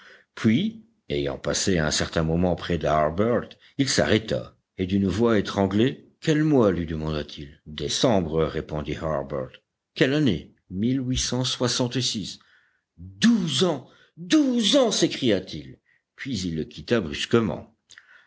puis ayant passé à un certain moment près d'harbert il s'arrêta et d'une voix étranglée quel mois lui demanda-t-il décembre répondit harbert quelle année douze ans douze ans s'écria-t-il puis il le quitta brusquement